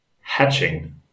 hatching